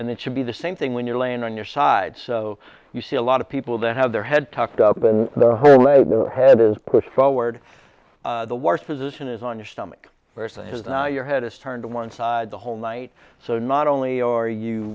and it should be the same thing when you're laying on your side so you see a lot of people that have their head tucked up in the hole as their head is pushed forward the worst position is on your stomach versus now your head is turned to one side the whole night so not only are you